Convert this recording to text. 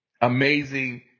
Amazing